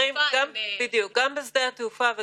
מעוררים חוסר שביעות רצון וגם התמרמרות,